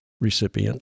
recipient